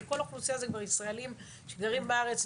כי כל אוכלוסייה זה כבר ישראלים שגרים בארץ,